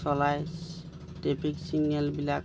চলায় ট্ৰেফিক ছিগনেলবিলাক